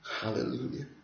Hallelujah